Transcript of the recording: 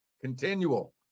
Continual